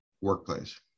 workplace